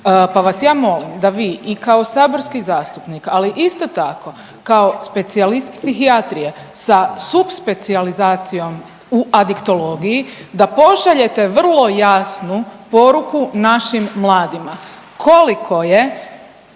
Pa ja vas molim da vi i kao saborski zastupnik, ali isto tako kao specijalist psihijatrije sa subspecijalizacijom u adiktologiji da pošaljete vrlo jasnu poruku našim mladima koliko je